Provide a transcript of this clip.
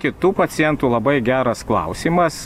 kitų pacientų labai geras klausimas